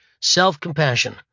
Self-compassion